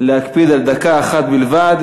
להקפיד על דקה אחת בלבד,